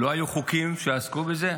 לא היו חוקים שעסקו בזה?